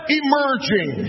emerging